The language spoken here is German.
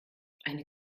eine